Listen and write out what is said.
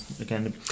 again